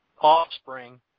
offspring